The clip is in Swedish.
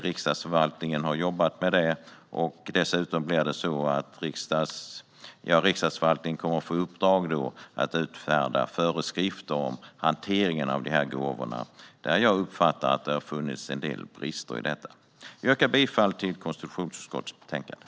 Riksdagsförvaltningen har jobbat med detta, och dessutom kommer Riksdagsförvaltningen att få i uppdrag att utfärda föreskrifter för hanteringen av dessa gåvor, där jag uppfattar att det har funnits en del brister. Jag yrkar bifall till konstitutionsutskottets förslag i betänkandet.